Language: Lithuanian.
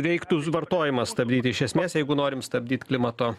reiktų vartojimą stabdyt iš esmės jeigu norim stabdyt klimato